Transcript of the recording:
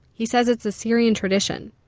he said it's a syrian tradition.